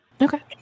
Okay